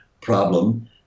problem